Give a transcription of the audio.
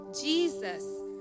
Jesus